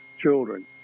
children